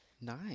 Nice